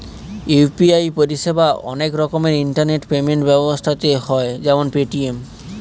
UPI পরিষেবা অনেক রকমের ইন্টারনেট পেমেন্ট ব্যবস্থাতে হয় যেমন পেটিএম